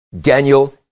Daniel